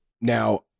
Now